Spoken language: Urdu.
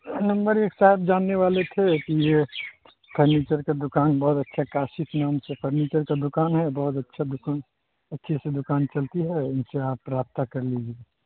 نمبر ایک صاحب جاننے والے تھے کہ یہ پھرنیچر کا دکان بہت اچھا کاشف نام سے پھرنیچر کا دکان ہے بہت اچھا دکان اچھے سے دکان چلتی ہے ان سے آپ رابطہ کر لیجیے